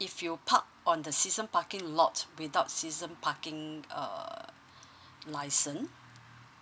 if you park on the season parking lot without season parking uh license